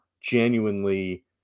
genuinely